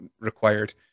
required